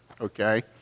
okay